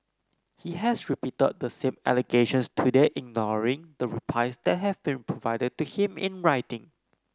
he has repeated the same allegations today ignoring the replies that have been provided to him in writing